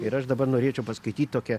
ir aš dabar norėčiau paskaityt tokią